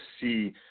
see